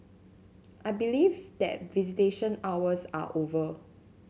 I believe that visitation hours are over